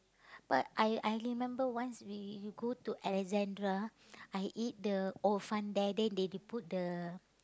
but I I remember once we we go to Alexandra I eat the hor fun there then they put the